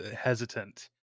hesitant